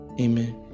amen